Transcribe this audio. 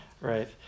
right